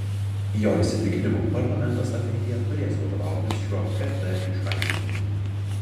jo įsitikinimu parlamentas ateityje turės vadovautis šiuo kt išaiškinimu